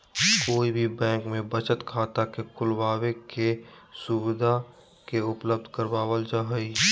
कोई भी बैंक में बचत खाता के खुलबाबे के सुविधा के उपलब्ध करावल जा हई